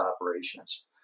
operations